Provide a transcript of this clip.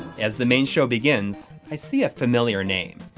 as the main show begins, i see a familiar name.